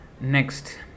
Next